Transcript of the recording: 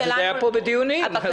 זה היה פה בדיונים.